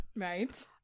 Right